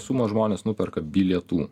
sumą žmonės nuperka bilietų